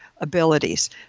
abilities